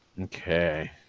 Okay